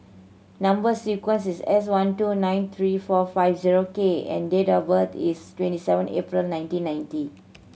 number sequence is S one two nine three four five zero K and date of birth is twenty seven April nineteen ninety